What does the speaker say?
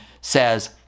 says